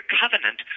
covenant